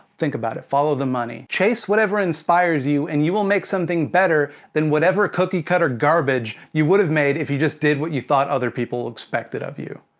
think about it, follow the money. chase whatever inspires you, and you will make something better, than whatever cookie-cutter garbage you would have made, if you just did, what you thought other people expected of you.